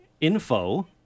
Info